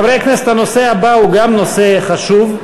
חברי הכנסת, הנושא הבא גם הוא נושא חשוב: